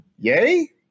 yay